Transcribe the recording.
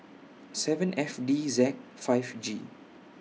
seven F D Z five G